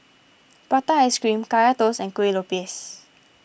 Prata Ice Cream Kaya Toast and Kueh Lopes